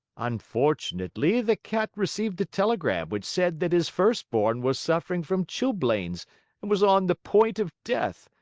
unfortunately the cat received a telegram which said that his first-born was suffering from chilblains and was on the point of death.